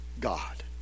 God